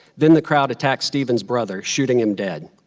then the crowd attacked steve's brothers, shooting him dead.